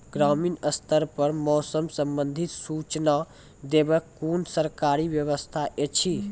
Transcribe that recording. ग्रामीण स्तर पर मौसम संबंधित सूचना देवाक कुनू सरकारी व्यवस्था ऐछि?